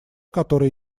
который